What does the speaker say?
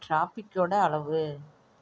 ட்ராஃபிக்கோடய அளவு